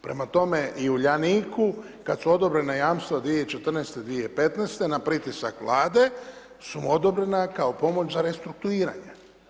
Prema tome i Uljaniku kad su odobrena jamstva 2014. i 2015. na pritisak Vlade su mu odobrena kao pomoć za restrukturiranje.